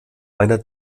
einer